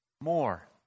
More